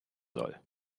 soll